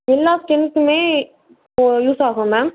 எல்லா ஸ்கின்ஸ்ஸுமே இப்போது யூஸ் ஆகும் மேம்